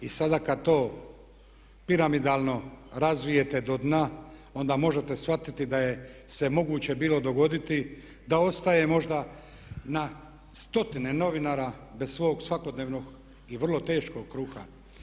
I sada kad to piramidalno razvijete do dna onda možete shvatiti da se moguće bilo dogoditi da ostaje možda na stotine novinara bez svog svakodnevnog i vrlo teškog kruha.